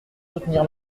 soutenir